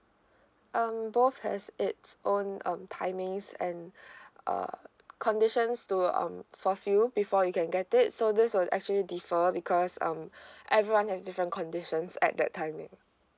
um both has its own um timings and uh conditions to um for fill before you can get it so this will actually defer because um everyone has different conditions at that timing